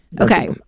Okay